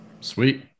Sweet